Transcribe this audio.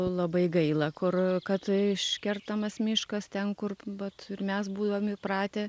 labai gaila kur kad iškertamas miškas ten kur vat ir mes būdavom įpratę